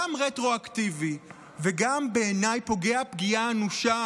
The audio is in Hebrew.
גם רטרואקטיבי, ובעיניי גם פוגע פגיעה אנושה